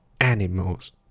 animals